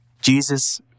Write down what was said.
Jesus